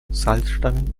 salzstangen